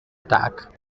attack